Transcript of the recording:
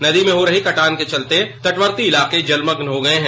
नदी में हो रही कटान के चलते तटवर्ती इलाके जलमग्न हो गये है